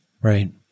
right